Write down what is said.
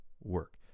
work